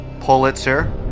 Pulitzer